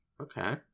okay